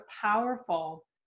powerful